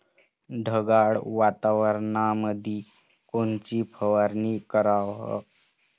ढगाळ वातावरणामंदी कोनची फवारनी कराव?